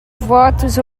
votos